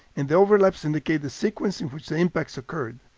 and the overlaps indicate the sequence in which the impacts occurred.